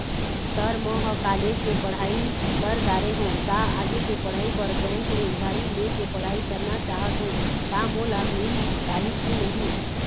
Sir म ह college के पढ़ाई कर दारें हों ता आगे के पढ़ाई बर बैंक ले उधारी ले के पढ़ाई करना चाहत हों ता मोला मील पाही की नहीं?